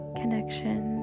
connection